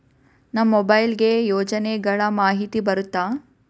ನಮ್ ಮೊಬೈಲ್ ಗೆ ಯೋಜನೆ ಗಳಮಾಹಿತಿ ಬರುತ್ತ?